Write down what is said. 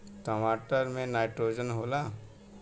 टमाटर मे नाइट्रोजन होला?